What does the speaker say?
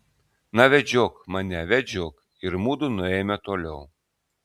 na vedžiok mane vedžiok ir mudu nuėjome toliau